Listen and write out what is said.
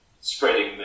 spreading